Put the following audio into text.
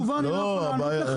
והתשובה: אני לא יכול לענות לך?